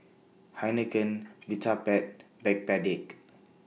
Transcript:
Heinekein Vitapet Backpedic